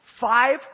Five